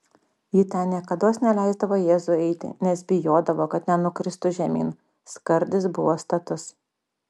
ji ten niekados neleisdavo jėzui eiti nes bijodavo kad nenukristų žemyn skardis buvo status